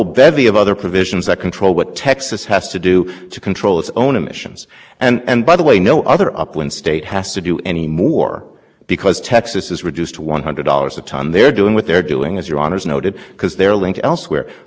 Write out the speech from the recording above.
it is and if you just just a little little bit the whole world is going to come crashing down this is not the way it is because it's a seamless carefully crafted web it's the way it is because they did not believe they had any obligation to avoid over control and so there are